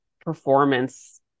performance